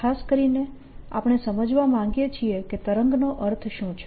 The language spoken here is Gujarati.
ખાસ કરીને આપણે સમજવા માંગીએ છીએ કે તરંગનો અર્થ શું છે